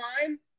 time